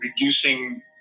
reducing